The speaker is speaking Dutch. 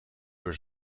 door